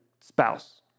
spouse